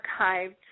archived